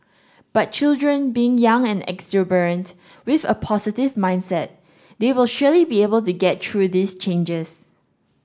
but children being young and exuberant with a positive mindset they will surely be able to get through these changes